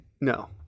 No